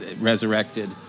resurrected